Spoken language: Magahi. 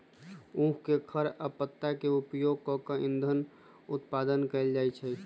उख के खर आ पत्ता के उपयोग कऽ के इन्धन उत्पादन कएल जाइ छै